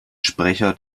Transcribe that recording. sprecher